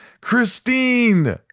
Christine